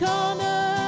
Corner